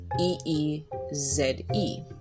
E-E-Z-E